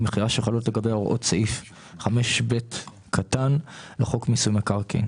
מכירה שחלות לגביה הוראות סעיף 5(ב) לחוק מיסוי מקרקעין.